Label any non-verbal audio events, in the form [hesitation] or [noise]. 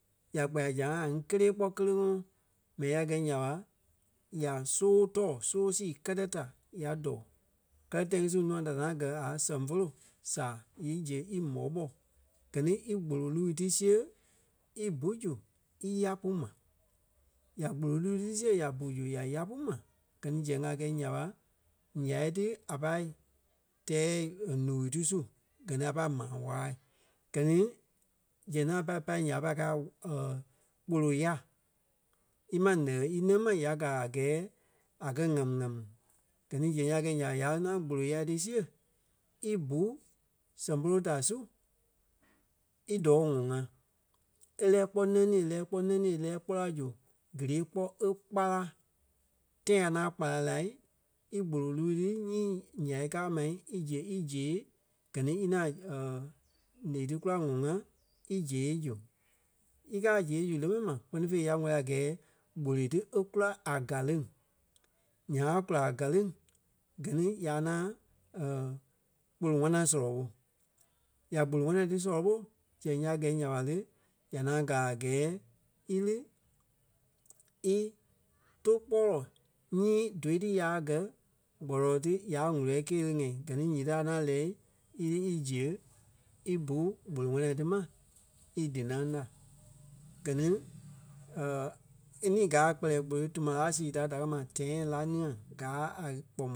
ya kpɛɛ a zãa ŋai ŋí kélee kpɔ́ kéreŋɔɔ. Mɛni a kɛi nya ɓa ya sóo tɔɔ sóo sii kɛ́tɛ ta ya dɔ̀ɔ. Kɛ́lɛ tãi ŋí su nûa da ŋaŋ gɛ́ a sɛŋ folo saa nyii zee í m̀ɔ́-ɓɔ. Gɛ ni í kpolo luii ti siɣe í bu su í ǹyai pú ma. Ya kpolo luii ti siɣe ya bu zu ya yá pú ma gɛ ni sɛŋ a kɛi nya ɓa, ǹyai ti a pai tɛɛ [hesitation] luii ti su. Gɛ ni a pai maa waai. Gɛ ni zɛŋ ti a pai pâi ya ɓé pai kaa [hesitation] kpolo ya. Ímaa ǹɛɣɛ ínɛŋ ma ya gaa a gɛɛ a kɛ̀ ŋami-ŋami. Gɛ ni zɛŋ a kɛi nya ɓa, ya lí ŋaŋ kpolo ya ti siɣe í bú sɛŋ polo da su í dɔɔ ŋɔŋ ŋa e lɛ́ɛ kpɔ́ nɛŋ nii e lɛ́ɛ kpɔ́ nɛŋ nii í lɛ́ɛ kpɔ́ la zu gélee kpɔ́ e kpala. Tai a ŋaŋ kpala lai í kpolo luii ti nyii ǹyai káa ma í ziɣe ízee gɛ ni í ŋaŋ [hesitation] ǹeɣii ti kula ŋɔŋ ŋa ízee zu. Í káa zee zu lé mɛni ma kpɛ́ni fêi ya wɛ́lii a gɛɛ kpolo ti e kula a galêŋ. Nyaŋ a kula a galêŋ gɛ ni ya ŋaŋ [hesitation] kpolo ŋwana sɔlɔ ɓo. Ya kpolo ŋwana ti sɔlɔ ɓo zɛŋ ya gɛi nya ɓa le, ya ŋaŋ gaa a gɛɛ í lí í tóu kpɔ́lɔ nyii tou ti ya gɛ̀ kpɔ́lɔɔ ti ya wúlɔ kele ŋ̀ɛi. Gɛ ni nyíti a ŋaŋ lɛ́ɛ í lí í ziɣe í bú kpolo ŋwana ti ma í dínaŋ la. Gɛ ni [hesitation] e ní káa a kpɛlɛɛ kpolo tuma sii da da kɛ̀ ma tɛ̃ɛ̂ lá nia gaa a kpɔmɔ.